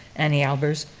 anni albers,